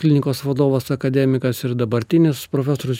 klinikos vadovas akademikas ir dabartinis profesorius